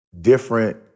different